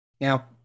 Now